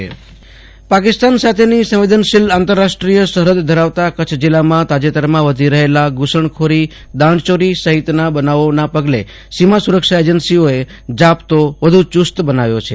Ashutosh Antani Kutch સીમા સુરક્ષા પાકિસ્તાન સાથેની સંવેદનશીલ આંતર રાષ્ટ્રીય સરફદ ધરાવતા કચ્છ જિલ્લામાં તાજેતરમાં લધી રહેલા ધુસણખોરી દાણચોરી સહિતના બનાવોના પગલે સીમા સુરક્ષા એજન્સીઓએ જપ્તો વધુ ચુસ્ત બનાવ્યો છે